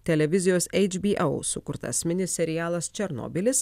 televizijos hbo sukurtas mini serialas černobylis